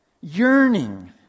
Yearning